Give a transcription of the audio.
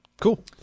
cool